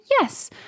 Yes